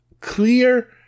clear